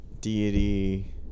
deity